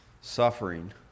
Suffering